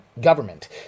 government